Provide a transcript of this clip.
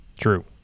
True